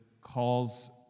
calls